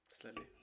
Slightly